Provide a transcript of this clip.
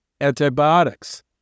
antibiotics